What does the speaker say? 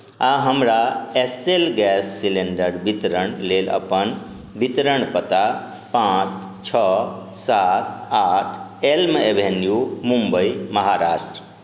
आओर हमरा S L gas cylinder वितरण लेल अपन वितरण पता पाँच छओ सात आठ एल्म एवेन्यू मुम्बई महाराष्ट्र